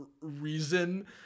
reason